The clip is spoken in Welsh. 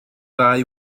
ddau